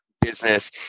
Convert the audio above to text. business